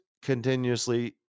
continuously